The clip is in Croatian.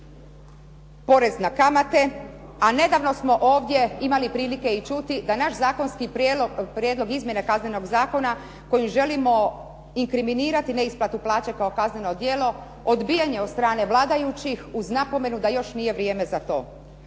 porez na kamate, a nedavno smo ovdje imali prilike čuti da naš zakonski prijedlog izmjene Kaznenog zakona kojim želimo inkriminirati neisplatu plaće kao kazneno djelo, odbijen je od strane vladajućih uz napomenu da još nije vrijeme za to.